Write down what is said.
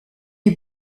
est